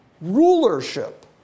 rulership